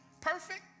perfect